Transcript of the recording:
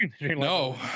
No